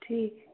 ठीक